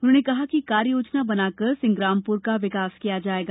उन्होंने कहा कि कार्ययोजना बनाकर सिंग्रामपुर का विकास किया जायेगा